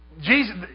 Jesus